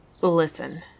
listen